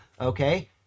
okay